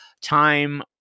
time